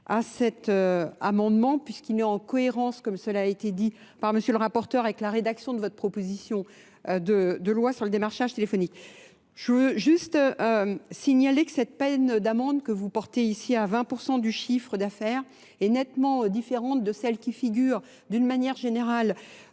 à cet amendement puisqu'il est en cohérence comme cela a été dit par monsieur le rapporteur avec la rédaction de votre proposition de loi sur le démarchage téléphonique. Je veux juste signaler que cette peine d'amende que vous portez ici à 20% du chiffre d'affaires est nettement différente de celle qui figure d'une manière générale